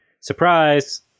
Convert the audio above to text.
Surprise